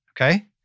okay